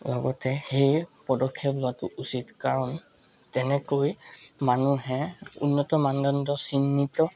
লগতে সেই পদক্ষেপ লোৱাটো উচিত কাৰণ তেনেকৈ মানুহে উন্নত মানদণ্ডৰ চিহ্নিত